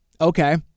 Okay